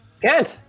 Good